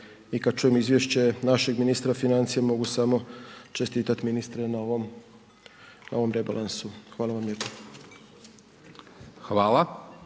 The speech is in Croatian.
i kad čujem izvješće našeg ministra financija, mogu samo čestitat ministre na ovom, na ovom rebalansu. Hvala vam lijepa.